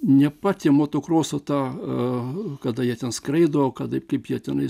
ne patį motokroso tą a kada jie ten skraido kad taip kaip jie tenai